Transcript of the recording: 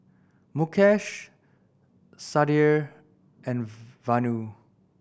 Mukesh Sudhir and Vanu